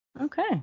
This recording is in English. Okay